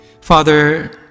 Father